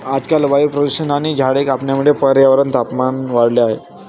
आजकाल वायू प्रदूषण आणि झाडे कापण्यामुळे पर्यावरणाचे तापमान वाढले आहे